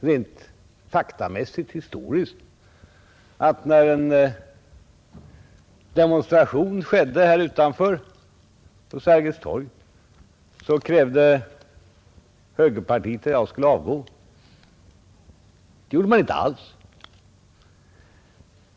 rent faktamässigt historiskt att när en demonstration skedde här utanför på Sergels torg så krävde högerpartiet att jag skulle avgå. Det gjorde man inte alls.